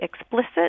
explicit